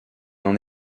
n’en